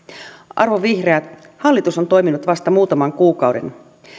arvon vihreät hallitus on toiminut vasta muutaman kuukauden